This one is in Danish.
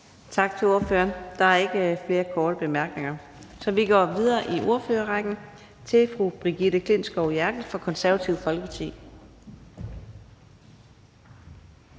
Tak til ordføreren. Der er ikke flere korte bemærkninger, så vi går videre i ordførerrækken til fru Brigitte Klintskov Jerkel fra Det Konservative Folkeparti.